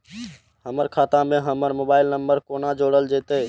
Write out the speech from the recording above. हमर खाता मे हमर मोबाइल नम्बर कोना जोरल जेतै?